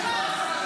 שחררו אותך -- את